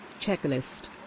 Checklist